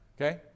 Okay